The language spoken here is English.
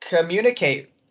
communicate